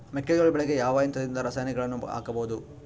ಮೆಕ್ಕೆಜೋಳ ಬೆಳೆಗೆ ಯಾವ ಯಂತ್ರದಿಂದ ರಾಸಾಯನಿಕಗಳನ್ನು ಹಾಕಬಹುದು?